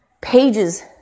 pages